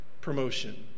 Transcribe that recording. promotion